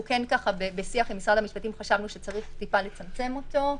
אנחנו בשיח עם משרד המשפטים חשבנו שצריך טיפה לצמצם אותו.